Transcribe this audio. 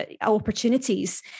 opportunities